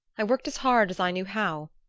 i worked as hard as i knew how,